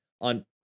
on